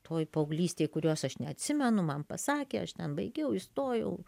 toj paauglystėj kurios aš neatsimenu man pasakė aš ten baigiau įstojau